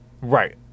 Right